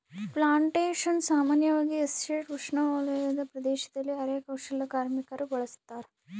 plantations ಸಾಮಾನ್ಯವಾಗಿ estate ಉಪೋಷ್ಣವಲಯದ ಪ್ರದೇಶದಲ್ಲಿ ಅರೆ ಕೌಶಲ್ಯದ ಕಾರ್ಮಿಕರು ಬೆಳುಸತಾರ